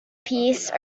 piece